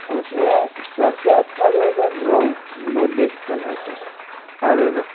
उस में सब से अच्छा जो है सर रोहू बहुत बेस्ट चल रहा है सर और